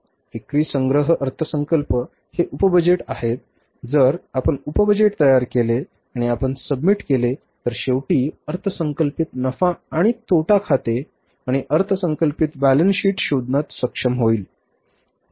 विक्री संग्रह अर्थसंकल्प हे उप बजेट आहेत जर आपण उप बजेट तयार केले आणि आपण सबमिट केले तर शेवटी अर्थसंकल्पित नफा आणि तोटा खाते आणि अर्थसंकल्पित बॅलन्स शीट शोधण्यात सक्षम होईल